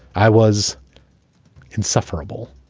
i was insufferable.